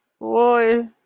boy